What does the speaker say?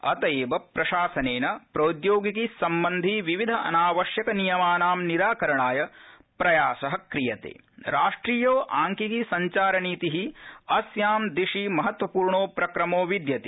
अत वि प्रशासनेन प्रौद्योगिकी सम्बन्धी विविध अनावश्यक नियमानां निराकरणाय प्रयासं क्रियतेराष्ट्रीय आंकिकी संचार नीतिअस्यां दिशि महत्वपूर्णो प्रक्रमो विद्यते